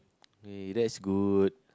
eh that's good